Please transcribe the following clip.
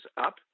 up